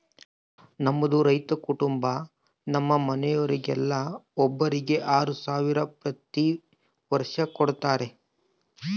ನಮ್ಮದು ರೈತ ಕುಟುಂಬ ನಮ್ಮ ಮನೆಯವರೆಲ್ಲರಿಗೆ ಒಬ್ಬರಿಗೆ ಆರು ಸಾವಿರ ಪ್ರತಿ ವರ್ಷ ಕೊಡತ್ತಾರೆ